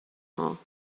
hall